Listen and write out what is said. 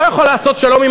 אתם לא רוצים שלום.